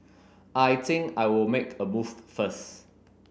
I think I will make a move first